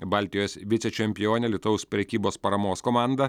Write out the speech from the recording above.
baltijos vicečempionė alytaus prekybos paramos komanda